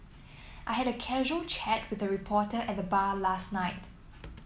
I had a casual chat with a reporter at the bar last night